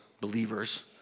believers